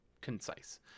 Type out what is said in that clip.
concise